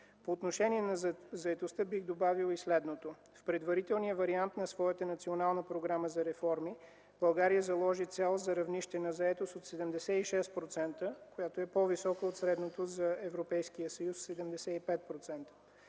По отношение на заетостта бих добавил следното. В предварителния вариант на своята Национална програма за реформи България заложи цел за равнище на заетост 76%, която е по-висока от средната за Европейския съюз – 75%.